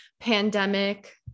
pandemic